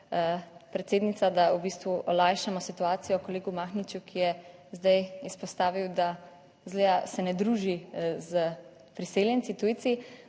predsednica, da v bistvu olajšamo situacijo kolegu Mahniču, ki je zdaj izpostavil, da izgleda se ne druži s priseljenci, tujci,